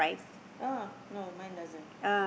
oh no mine doesn't